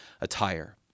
attire